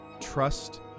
trust